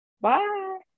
Bye